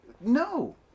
no